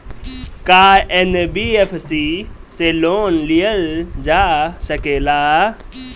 का एन.बी.एफ.सी से लोन लियल जा सकेला?